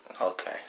Okay